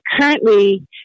Currently